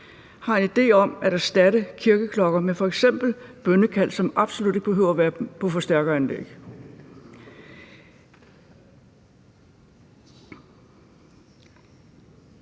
har en idé om at erstatte kirkeklokker med f.eks. bønnekald, som absolut ikke behøver at være på forstærkeranlæg.